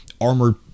armored